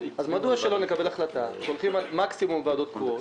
אז מדוע שלא נקבל החלטה שהולכים על מקסימום ועדות קבועות,